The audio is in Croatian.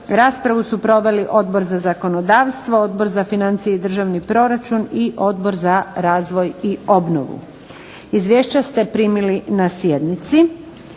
Raspravu su proveli Odbor za zakonodavstvo, Odbor za financije i državni proračun i Odbor za razvoj i obnovu. Izvješća ste primili na sjednici.